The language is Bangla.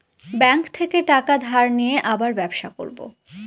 ব্যাঙ্ক থেকে টাকা ধার নিয়ে আবার ব্যবসা করবো